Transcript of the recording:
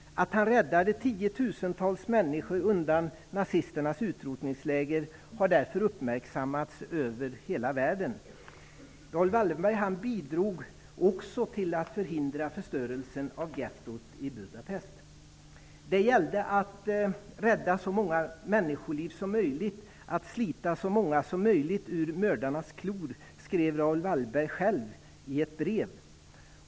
Att han räddade tiotusentals människor undan nazisternas utrotningsläger har därför uppmärksammats över hela världen. Raoul Wallenberg bidrog också till att förhindra förstörelsen av gettot i Budapest. Det gällde att rädda så många människoliv som möjligt och att slita så många som möjligt ur mördarnas klor, som Raoul Wallenberg själv skrev i ett brev.